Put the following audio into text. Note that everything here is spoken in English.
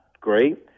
great